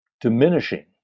diminishing